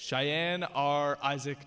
cheyenne are isaac